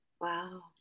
wow